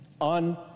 On